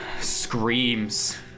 screams